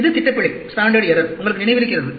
இது திட்ட பிழை உங்களுக்கு நினைவிருக்கிறது